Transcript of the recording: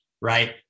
right